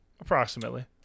approximately